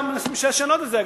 מנסים לשנות את זה.